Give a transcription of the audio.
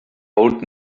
old